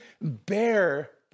bear